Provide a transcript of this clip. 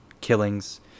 killings